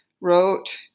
wrote